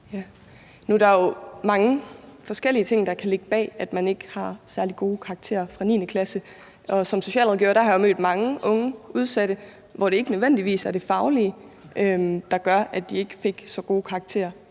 der jo mange forskellige ting, der kan ligge bag, at man ikke har særlig gode karakterer med fra 9. klasse. Som socialrådgiver har jeg mødt mange unge udsatte, hvor det ikke nødvendigvis var det faglige, der gjorde, at de ikke fik så gode karakterer